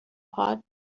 pot